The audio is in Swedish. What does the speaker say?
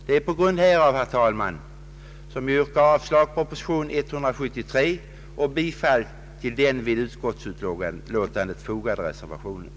Det är på grund härav som jag yrkar avslag på proposition 173 och bifall till den vid utskottsutlåtandet fogade reservationen.